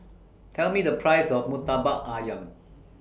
Tell Me The Price of Murtabak Ayam